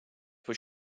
were